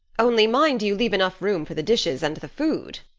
only mind you leave enough room for the dishes and the food.